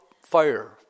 fire